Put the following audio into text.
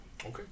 Okay